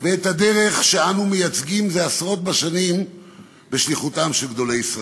ואת הדרך שאנו מייצגים זה עשרות בשנים בשליחותם של גדולי ישראל.